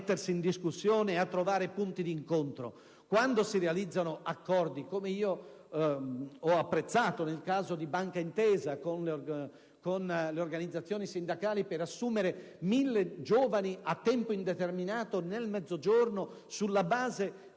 a mettersi in discussione e a trovare punti d'incontro. Quando si realizzano accordi, come quello, che io ho apprezzato, di Banca Intesa con le organizzazioni sindacali per assumere 1.000 giovani a tempo indeterminato nel Mezzogiorno sulla base